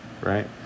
right